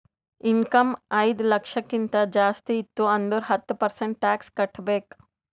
income ಐಯ್ದ ಲಕ್ಷಕ್ಕಿಂತ ಜಾಸ್ತಿ ಇತ್ತು ಅಂದುರ್ ಹತ್ತ ಪರ್ಸೆಂಟ್ ಟ್ಯಾಕ್ಸ್ ಕಟ್ಟಬೇಕ್